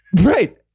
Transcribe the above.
right